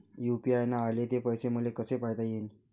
UPI न आले ते पैसे मले कसे पायता येईन?